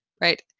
right